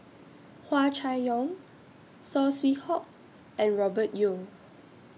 Hua Chai Yong Saw Swee Hock and Robert Yeo